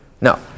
No